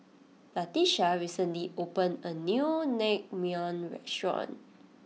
Latisha recently opened a new Naengmyeon restaurant